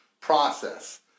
process